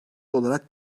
olarak